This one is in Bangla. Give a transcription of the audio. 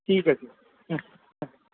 ঠিক আছে হুম হ্যাঁ